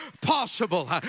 possible